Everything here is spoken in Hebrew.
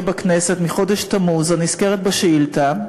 בכנסת מחודש תמוז הנזכרת בשאילתה,